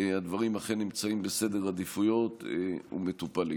הדברים אכן נמצאים בסדר העדיפויות ומטופלים.